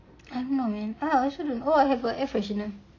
I don't know man ah I also I don't know oh I have a air freshener